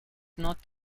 not